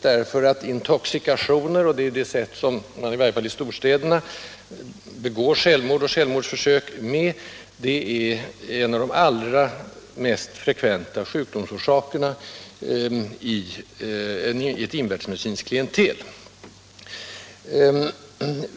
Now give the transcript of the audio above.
”Intoxikationer” — och förgiftningar är ju det sätt på vilket man, i varje fall i storstäderna, begår självmord och gör självmordsförsök — är en av de allra vanligaste orsakerna till intagning vid invärtesmedicinska kliniker.